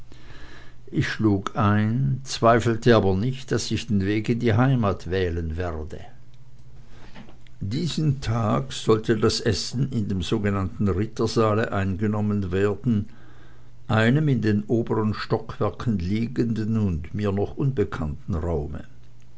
ich schlug ein zweifelte aber nicht daß ich den weg in die heimat wählen werde diesen tag sollte das essen in dem sogenannten rittersaale eingenommen werden einem in den oberen stockwerken liegenden und mir noch unbekannten raume